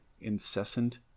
incessant